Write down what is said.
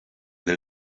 del